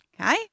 Okay